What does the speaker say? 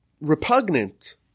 repugnant